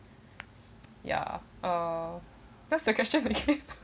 ya uh what's the question again